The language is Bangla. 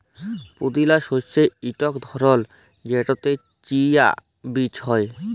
পুদিলা শস্যের ইকট ধরল যেটতে চিয়া বীজ হ্যয়